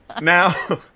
Now